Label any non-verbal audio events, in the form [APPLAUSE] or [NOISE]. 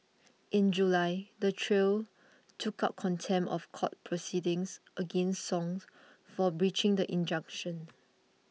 in July the trio took out contempt of court proceedings against Song for breaching the injunction [NOISE]